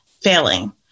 failing